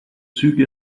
züge